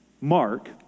Mark